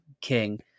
King